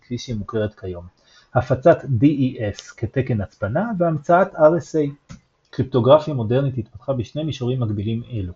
כפי שהיא מוכרת כיום; הפצת DES כתקן הצפנה והמצאת RSA. קריפטוגרפיה מודרנית התפתחה בשני מישורים מקבילים אילו